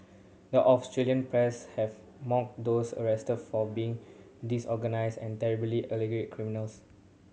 the Australian press have mocked those arrested for being disorganised and terribly alleged criminals